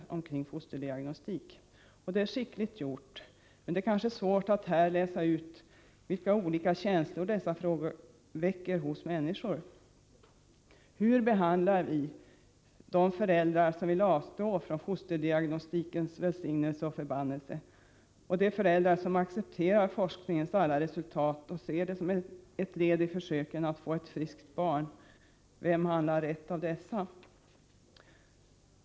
Ett skickligt arbete ligger bakom allt detta, men det är kanske svårt att i det läsa ut vilka olika känslor frågorna väcker hos människor. Hur behandlar vi de föräldrar som vill avstå från fosterdiagnostikens välsignelse och förbannelse och de föräldrar som accepterar forskningens alla resultat och ser dem som ett led i försöken att få ett friskt barn? Vilka handlar rätt av dessa?